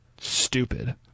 stupid